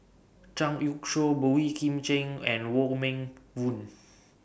Zhang Youshuo Boey Kim Cheng and Wong Meng Voon